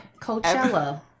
Coachella